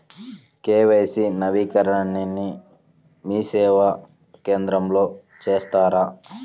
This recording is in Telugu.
కే.వై.సి నవీకరణని మీసేవా కేంద్రం లో చేస్తారా?